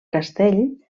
castell